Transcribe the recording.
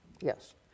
Yes